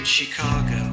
Chicago